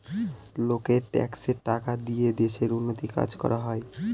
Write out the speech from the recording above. লোকের ট্যাক্সের টাকা দিয়ে দেশের উন্নতির কাজ করা হয়